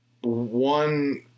one